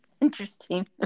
Interesting